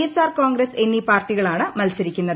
S R Congress എന്നീ പാർട്ടികളാണ് മത്സരിക്കുന്നത്